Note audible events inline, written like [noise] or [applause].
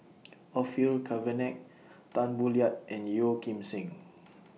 [noise] Orfeur Cavenagh Tan Boo Liat and Yeo Kim Seng [noise]